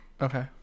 Okay